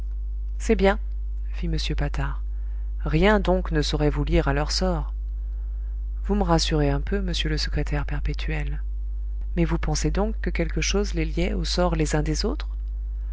c'est bien fit m patard rien donc ne saurait vous lier à leur sort vous me rassurez un peu monsieur le secrétaire perpétuel mais vous pensez donc que quelque chose les liait au sort les uns des autres